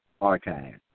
Archive